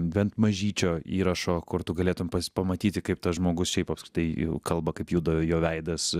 bent mažyčio įrašo kur tu galėtum pats pamatyti kaip tas žmogus šiaip apskritai kalba kaip juda jo veidas